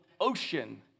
ocean